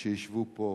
שישבו פה,